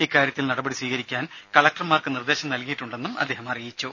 ഇക്കാര്യത്തിൽ നടപടി സ്വീകരിക്കാൻ കലക്ടർമാർക്ക് നിർദേശം നൽകിയിട്ടുണ്ടെന്നും അദ്ദേഹം അറിയിച്ചു